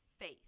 Faith